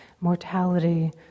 mortality